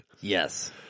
Yes